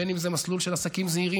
בין אם זה מסלול של עסקים זעירים,